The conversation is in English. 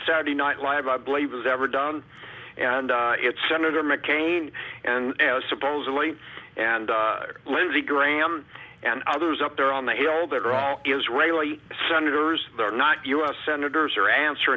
saturday night live i believe has ever done and it's senator mccain and supposedly and lindsey graham and others up there on the hill that are all israeli senators they're not u s senators or answer